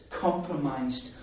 compromised